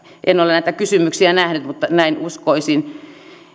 en ole näitä kysymyksiä nähnyt mutta näin uskoisin